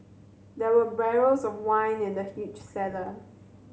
there were barrels of wine in the huge cellar